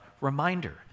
reminder